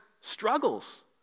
struggles